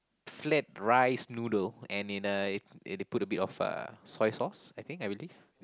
flat rice noodle and in uh they they put a bit of uh soy sauce I think I believe